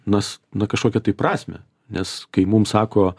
nas na kažkokią tai prasmę nes kai mum sako